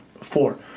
four